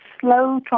slow